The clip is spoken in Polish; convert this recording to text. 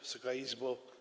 Wysoka Izbo!